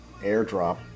airdrop